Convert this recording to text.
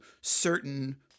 certain